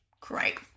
Great